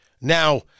Now